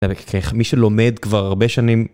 (מו)דע דאחיך איך. מי שלומד כבר הרבה שנים